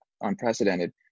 unprecedented